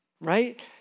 right